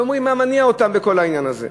ואומרים מה מניע אותם בכל העניין הזה.